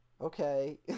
Okay